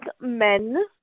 men